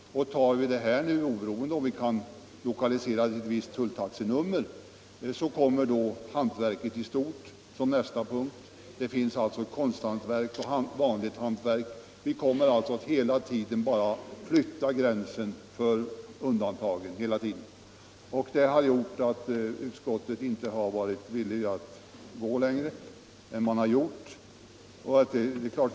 Medger vi den begärda befrielsen i det här fallet, oberoende av om den kan hänföras till ett visst-tulltaxenummer eller inte, så kommer hantverket i stort som nästa punkt. Vi kommer alltså att hela tiden vara tvungna att flytta gränsen för undantagen, och det har gjort att utskottet inte har velat gå längre än som redan skett.